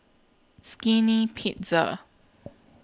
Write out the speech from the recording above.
Skinny Pizza